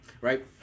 right